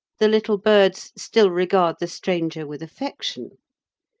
the little birds still regard the stranger with affection.